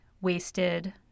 wasted